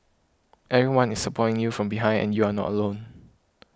everyone is supporting you from behind and you are not alone